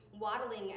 waddling